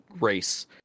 race